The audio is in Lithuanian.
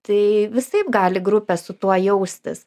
tai visaip gali grupės su tuo jaustis